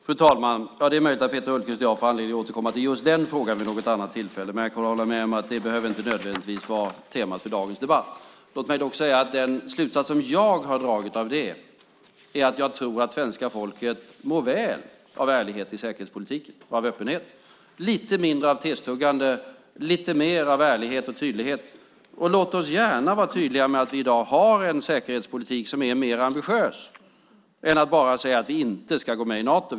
Fru talman! Det är möjligt att Peter Hultqvist och jag får anledning att återkomma till just den frågan vid något annat tillfälle. Jag kan hålla med om att det inte nödvändigtvis behöver vara temat för dagens debatt. Den slutsats som jag har dragit är att jag tror att svenska folket mår väl av ärlighet i säkerhetspolitiken och av öppenhet, lite mindre av testuggande och lite mer av ärlighet och tydlighet. Låt oss gärna vara tydliga med att vi i dag har en säkerhetspolitik som är mer ambitiös än att bara säga att vi inte ska gå med i Nato.